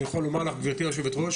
אני יכול לומר לך גבירתי היושבת ראש